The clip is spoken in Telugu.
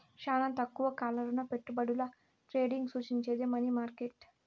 శానా తక్కువ కాల రుణపెట్టుబడుల ట్రేడింగ్ సూచించేది మనీ మార్కెట్